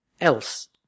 else